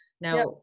Now